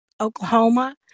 Oklahoma